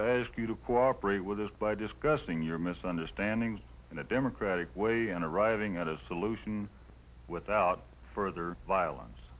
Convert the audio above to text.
to ask you to cooperate with us by discussing your misunderstandings in a democratic way and arriving at a solution without further violence